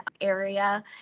area